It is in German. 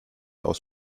aus